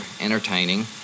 entertaining